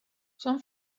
són